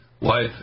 wife